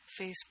Facebook